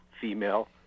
female